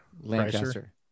Lancaster